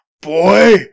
Boy